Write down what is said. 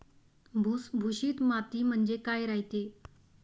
भुसभुशीत माती म्हणजे काय रायते?